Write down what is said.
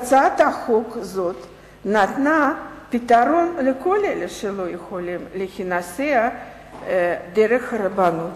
הצעת חוק זאת נתנה פתרון לכל אלה שלא יכולים להינשא דרך הרבנות.